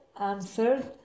answered